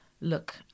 look